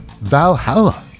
Valhalla